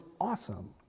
awesome